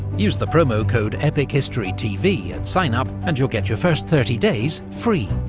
use the promo code epichistorytv at sign-up and you'll get your first thirty days free.